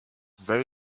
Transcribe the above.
very